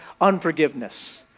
Unforgiveness